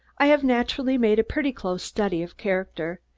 i have naturally made a pretty close study of character,